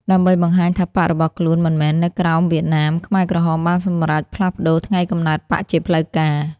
ដើម្បីបង្ហាញថាបក្សរបស់ខ្លួនមិនមែននៅក្រោមវៀតណាម ខ្មែរក្រហមបានសម្រេចផ្លាស់ប្តូរថ្ងៃកំណើតបក្សជាផ្លូវការ។